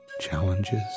challenges